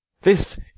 This